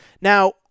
Now